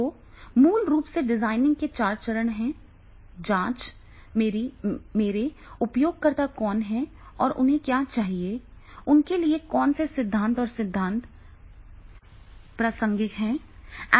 तो मूल रूप से डिजाइनिंग के चार चरण हैं जांच मेरे उपयोगकर्ता कौन हैं और उन्हें क्या चाहिए उनके लिए कौन से सिद्धांत और सिद्धांत प्रासंगिक हैं